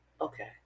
Okay